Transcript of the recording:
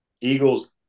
Eagles